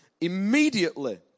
Immediately